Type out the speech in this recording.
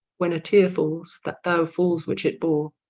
when a teare falls, that thou falls which it bore,